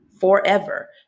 forever